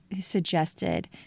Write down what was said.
suggested